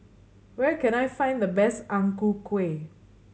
where can I find the best Ang Ku Kueh